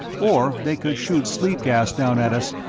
or they could shoot sleep-gas down at us,